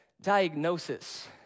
diagnosis